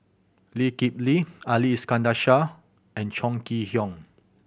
Lee Kip Lee Ali Iskandar Shah and Chong Kee Hiong